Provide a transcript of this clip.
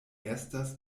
estas